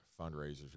fundraisers